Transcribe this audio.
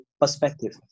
perspective